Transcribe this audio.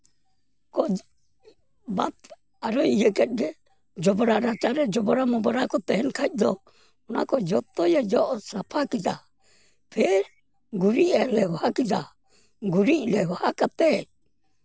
ᱠᱚ ᱵᱟᱫ ᱟᱨᱚᱭ ᱤᱭᱟᱹ ᱠᱮᱜ ᱜᱮ ᱡᱚᱵᱽᱨᱟ ᱞᱟᱛᱟᱨ ᱨᱮ ᱡᱚᱵᱽᱨᱟ ᱢᱚᱵᱽᱨᱟ ᱠᱚ ᱛᱟᱦᱮᱱ ᱠᱷᱟᱡ ᱫᱚ ᱚᱱᱟ ᱠᱚ ᱡᱚᱛᱚᱭ ᱡᱚᱜ ᱥᱟᱯᱷᱟ ᱠᱮᱫᱟ ᱯᱷᱤᱨ ᱜᱩᱨᱤᱡ ᱮ ᱞᱮᱣᱦᱟ ᱠᱮᱫᱟ ᱜᱩᱨᱤᱡ ᱞᱮᱣᱦᱟ ᱠᱟᱛᱮᱜ